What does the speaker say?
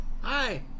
hi